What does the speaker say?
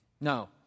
No